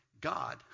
God